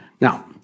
Now